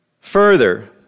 Further